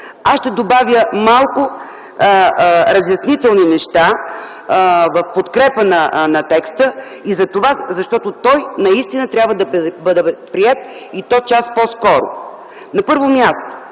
Аз ще добавя малко разяснителни неща в подкрепа на текста и затова, защото той наистина трябва да бъде приет, и то час по-скоро. На първо място,